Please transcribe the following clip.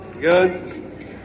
good